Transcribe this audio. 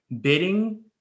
bidding